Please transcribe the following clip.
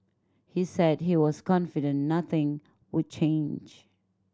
he said he was confident nothing would change